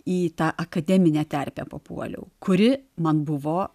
į tą akademinę terpę papuoliau kuri man buvo